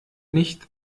nicht